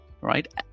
right